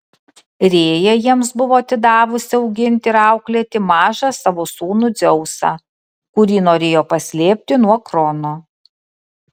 rėja jiems buvo atidavusi auginti ir auklėti mažą savo sūnų dzeusą kurį norėjo paslėpti nuo krono